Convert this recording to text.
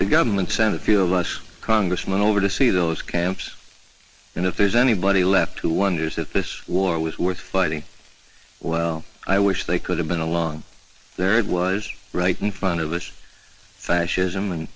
the government sent a few of us congressmen over to see those camps and if there's anybody left to wonder that this war was worth fighting well i wish they could have been along there it was right in front of us fascism and